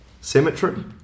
cemetery